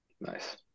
nice